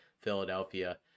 Philadelphia